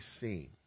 seen